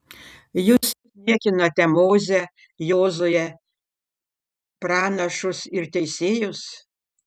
jūs niekinate mozę jozuę pranašus ir teisėjus